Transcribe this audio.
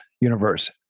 universe